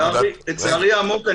לצערי העמוק,